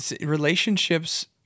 Relationships